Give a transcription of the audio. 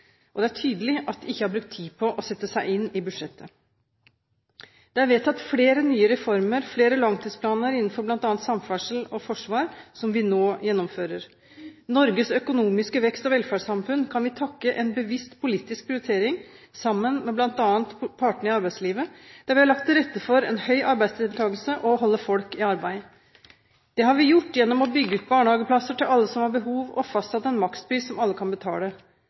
feil. Det er tydelig at de ikke har brukt tid på å sette seg inn i budsjettet. Det er vedtatt flere nye reformer, flere langtidsplaner innenfor bl.a. samferdsel og forsvar, som vi nå gjennomfører. Norges økonomiske vekst og velferdssamfunn kan vi takke en bevisst politisk prioritering for, sammen med bl.a. partene i arbeidslivet, der vi har lagt til rette for en høy arbeidsdeltakelse og å holde folk i arbeid. Det har vi gjort gjennom å bygge ut barnehageplasser til alle som har behov for det, og fastsatt en makspris som alle kan betale.